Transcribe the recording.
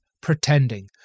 pretending